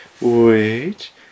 wait